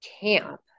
camp